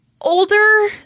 Older